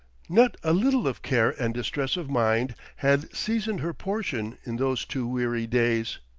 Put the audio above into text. not a little of care and distress of mind had seasoned her portion in those two weary days.